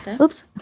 Oops